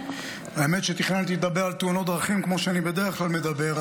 האמת שתכננתי לדבר על תאונות דרכים כמו שאני בדרך כלל מדבר,